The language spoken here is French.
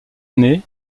année